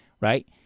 Right